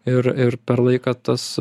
ir ir per laiką tas